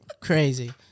Crazy